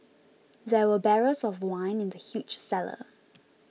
there were barrels of wine in the huge cellar